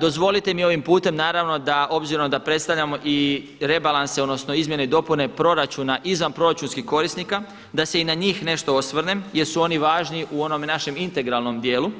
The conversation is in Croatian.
Dozvolite mi ovim putem naravno da, obzirom da predstavljamo i rebalanse, odnosno izmjene i dopune proračuna izvanproračunskih korisnika, da se i na njih nešto osvrnem jer su oni važni u onome našem integralnom dijelu,